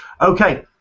Okay